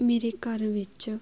ਮੇਰੇ ਘਰ ਵਿੱਚ